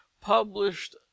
published